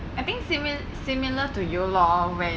I think simi~ similar to you lor